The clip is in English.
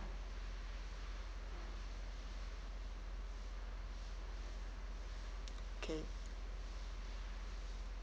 okay